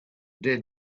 dead